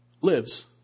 lives